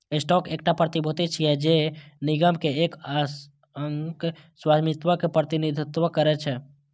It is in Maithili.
स्टॉक एकटा प्रतिभूति छियै, जे निगम के एक अंशक स्वामित्व के प्रतिनिधित्व करै छै